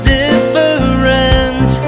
different